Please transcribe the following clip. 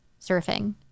surfing